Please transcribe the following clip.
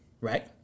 right